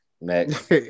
next